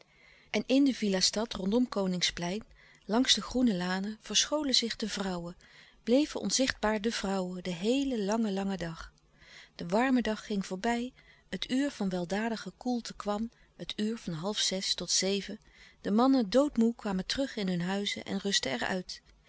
en in de villastad rondom koningsplein langs de groene louis couperus de stille kracht lanen verscholen zich de vrouwen bleven onzichtlouis couperus de stille kracht baar de vrouwen den heelen langen langen dag de warme dag ging voorbij het uur van weldadige koelte kwam het uur van halfzes tot zeven de mannen doodmoê kwamen terug in hun huizen en